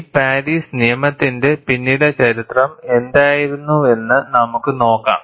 ഈ പാരീസ് നിയമത്തിന്റെ പിന്നിലെ ചരിത്രം എന്തായിരുന്നുവെന്ന് നമുക്ക് നോക്കാം